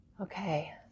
Okay